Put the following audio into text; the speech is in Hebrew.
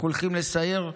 אנחנו הולכים לסייר.